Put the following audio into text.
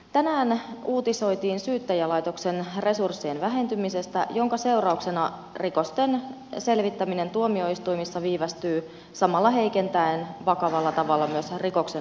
tänään uutisoitiin syyttäjälaitoksen resurssien vähentymisestä jonka seurauksena rikosten selvittäminen tuomioistuimissa viivästyy samalla heikentäen vakavalla tavalla myös rikoksen uhrin asemaa